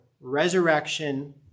resurrection